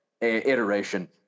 iteration